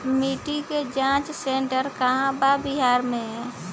मिटी के जाच सेन्टर कहवा बा बिहार में?